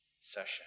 session